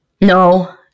No